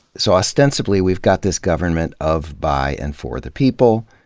so, ostensibly we've got this government of, by, and for the people.